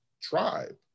tribe